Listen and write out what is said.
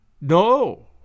No